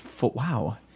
Wow